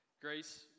grace